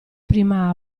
prima